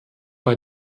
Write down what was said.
bei